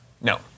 No